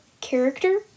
character